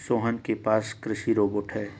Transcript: सोहन के पास कृषि रोबोट है